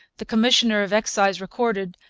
the commissioner of excise recorded,